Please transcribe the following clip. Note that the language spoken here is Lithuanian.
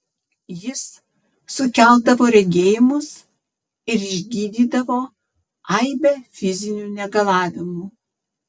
jis sukeldavo regėjimus ir išgydydavo aibę fizinių negalavimų